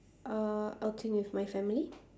uh outing with my family